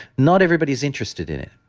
not everybody's interested in it.